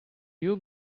you